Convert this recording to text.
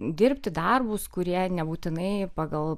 dirbti darbus kurie nebūtinai pagal